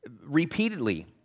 repeatedly